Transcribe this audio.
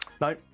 No